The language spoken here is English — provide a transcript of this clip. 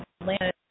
Atlanta